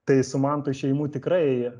tai su manto išėjimu tikrai